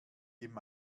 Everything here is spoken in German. mit